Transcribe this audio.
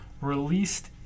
released